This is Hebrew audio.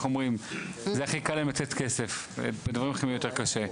איך אומרים זה הכי קל להם לתת כסף ובדברים אחרים יותר קשה.